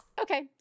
Okay